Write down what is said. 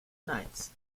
knights